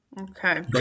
Okay